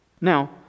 Now